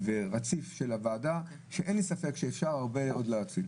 ורציף של הוועדה שאין לי ספק שאפשר עוד הרבה להשיג.